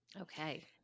Okay